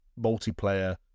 multiplayer